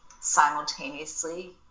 simultaneously